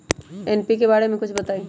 NPK बारे म कुछ बताई?